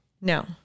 No